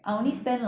mm